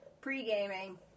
Pre-gaming